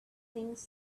things